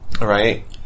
Right